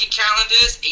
calendars